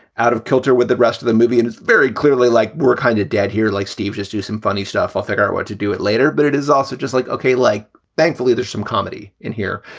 out of kilter with the rest of the movie. and it's very clearly like we're kind of dead here, like steve, just do some funny stuff or figure out what to do it later. but it is also just like, okay, like thankfully there's some comedy in here,